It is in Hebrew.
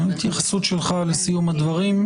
ההתייחסות שלך לסיום הדברים,